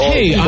Hey